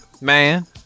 Man